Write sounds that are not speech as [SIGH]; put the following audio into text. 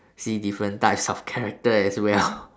see different types of character as well [LAUGHS]